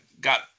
got